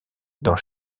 dans